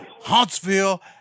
Huntsville